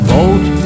Boat